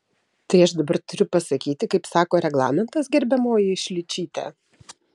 tai aš dabar turiu pasakyti kaip sako reglamentas gerbiamoji šličyte